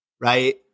right